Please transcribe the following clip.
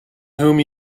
whom